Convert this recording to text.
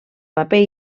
paper